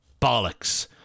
bollocks